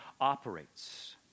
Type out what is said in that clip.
operates